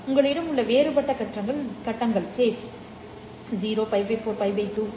உங்களிடம் உள்ள வேறுபட்ட கட்டங்கள் 0 л 4 л 2